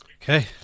Okay